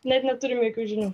net neturim jokių žinių